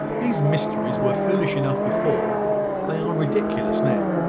these mysteries were foolish enough before they are ridiculous now.